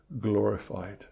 glorified